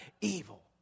evil